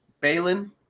Balin